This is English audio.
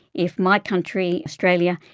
if my country, australia,